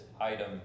item